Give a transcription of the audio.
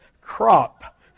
Crop